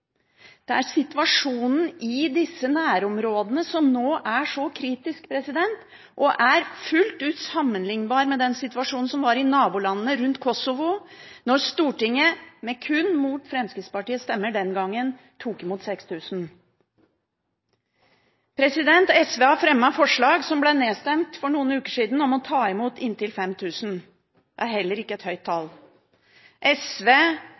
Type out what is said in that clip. Det er situasjonen i disse nærområdene som nå er så kritisk, og fullt ut er sammenlignbar med den situasjonen som var i nabolandene rundt Kosovo, da Stortinget – mot kun Fremskrittspartiets stemmer – den gangen tok imot 6 000. SV har fremmet forslag, som ble nedstemt for noen uker siden, om å ta imot inntil 5 000. Det er heller ikke et høyt tall. SV